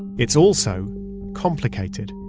it's also complicated.